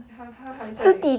他他还在有